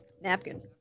Napkin